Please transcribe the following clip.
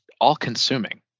all-consuming